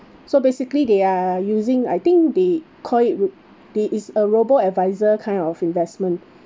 so basically they are using I think they call it r~ there is a robo adviser kind of investment